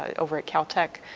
over at cal tech,